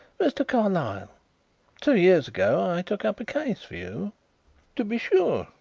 mr. carlyle two years ago i took up a case for you to be sure.